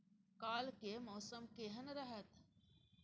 काल के मौसम केहन रहत?